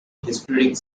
historic